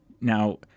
Now